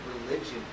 religion